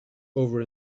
over